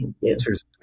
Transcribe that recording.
Cheers